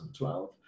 2012